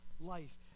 life